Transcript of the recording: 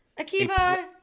Akiva